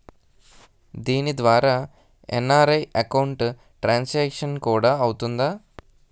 దీని ద్వారా NRI account transaction కూడా అవుతుందా?